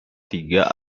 tiga